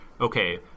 okay